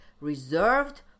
reserved